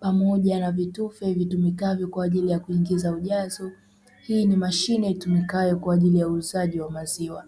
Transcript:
pamoja na vitufe vitumikavyo kwa ajili kuingiza ya ujazo. Hii ni mashine itumikayo kwa ajili ya uuzaji wa maziwa.